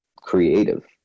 creative